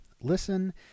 listen